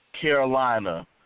Carolina